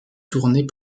tournées